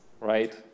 right